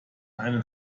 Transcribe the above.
einem